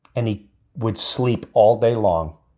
and he would sleep all day long.